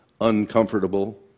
uncomfortable